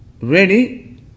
ready